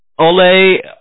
Ole